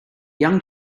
young